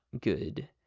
good